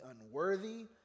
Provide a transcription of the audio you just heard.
unworthy